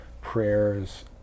prayers